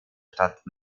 stadt